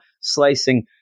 slicing